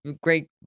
Great